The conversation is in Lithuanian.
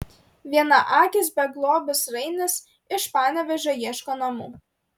vienaakis beglobis rainis iš panevėžio ieško namų